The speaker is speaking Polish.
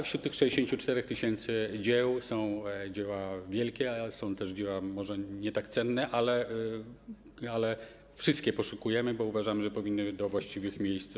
Wśród tych 64 tys. dzieł są dzieła wielkie, są też dzieła może nie tak cenne, ale wszystkich poszukujemy, bo uważamy, że powinny wrócić do właściwych miejsc.